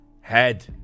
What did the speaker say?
Head